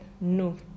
no